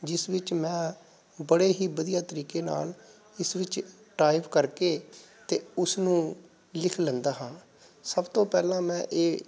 ਜਿਸ ਵਿੱਚ ਮੈਂ ਬੜੇ ਹੀ ਵਧੀਆ ਤਰੀਕੇ ਨਾਲ ਇਸ ਵਿੱਚ ਟਾਈਪ ਕਰਕੇ ਅਤੇ ਉਸਨੂੰ ਲਿਖ ਲੈਂਦਾ ਹਾਂ ਸਭ ਤੋਂ ਪਹਿਲਾਂ ਮੈਂ ਇਹ